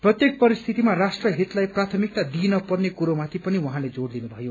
प्रयेक परिस्थितिमा राष्ट्र हितलाई प्रायमिकता दिइने पर्ने कुरो माथि पनि उफाँले जोइ दिनुभयो